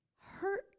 Hurt